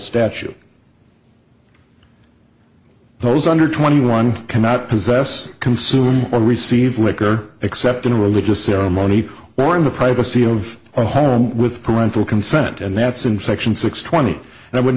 statute those under twenty one cannot possess consume or receive liquor except in a religious ceremony or in the privacy of our home with parental consent and that's in section six twenty and i would